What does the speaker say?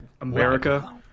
America